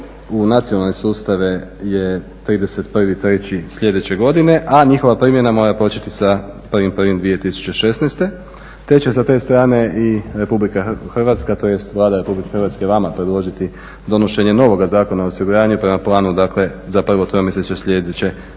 u nacionalne sustave je 31.03. sljedeće godine, a njihova primjena mora početi sa 1.01.2016. te će sa te strane i RH tj. Vlada Republike Hrvatske vama predložiti donošenje novoga Zakona o osiguranju prema planu dakle za prvo tromjesečje sljedeće